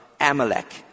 Amalek